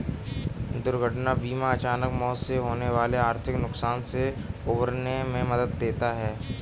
दुर्घटना बीमा अचानक मौत से होने वाले आर्थिक नुकसान से उबरने में मदद देता है